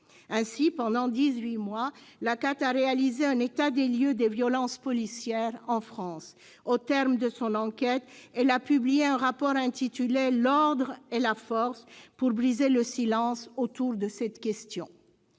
Ainsi, pendant dix-huit mois, ACAT a réalisé un état des lieux des violences policières en France. Au terme de son enquête, elle a publié un rapport intitulé pour briser le silence autour de cette question.